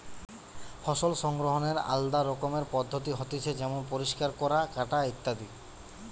ফসল সংগ্রহনের আলদা রকমের পদ্ধতি হতিছে যেমন পরিষ্কার করা, কাটা ইত্যাদি